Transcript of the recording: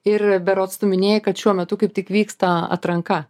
ir berods tu minėjai kad šiuo metu kaip tik vyksta atranka